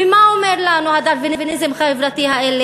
ומה אומר לנו הדרוויניזם החברתי הזה?